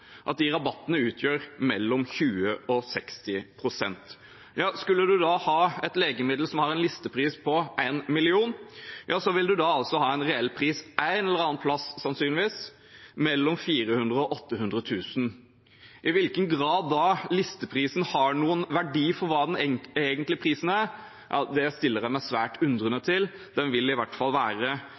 utgjør mellom 20 pst. og 60 pst. Skulle en ha et legemiddel som har en listepris på 1 mill. kr, ville en sannsynligvis ha en reell pris et eller annet sted mellom 400 000 kr og 800 000 kr. I hvilken grad listeprisen da angir noen verdi for hva den egentlige prisen er, stiller jeg meg svært undrende til. Den vil i hvert fall være